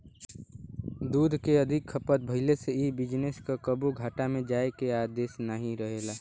दूध के अधिका खपत भइले से इ बिजनेस के कबो घाटा में जाए के अंदेशा नाही रहेला